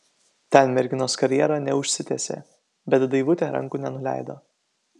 ten merginos karjera neužsitęsė bet daivutė rankų nenuleido